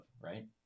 right